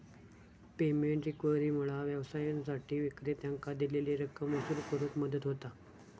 payment रिकव्हरीमुळा व्यवसायांसाठी विक्रेत्यांकां दिलेली रक्कम वसूल करुक मदत होता